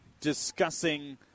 discussing